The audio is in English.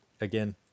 Again